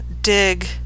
Dig